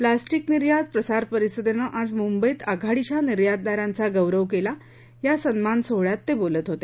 plastic निर्यात प्रसार परिषदेनं आज मुंबईत आघाडीच्या निर्यातदारांचा गौरव केला या सन्मान सोहळयात ते बोलत होते